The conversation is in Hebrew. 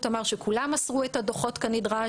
אמר שכולם מסרו את הדוחות כנדרש,